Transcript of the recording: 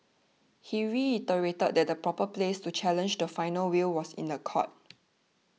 he reiterated that the proper place to challenge the final will was in the court